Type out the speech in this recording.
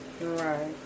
Right